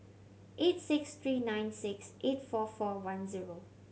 eight six tree nine six eight four four one zero